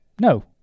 No